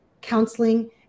counseling